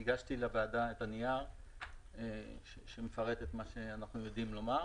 והגשתי לוועדה את הנייר שמפרט את מה שאנחנו יודעים לומר.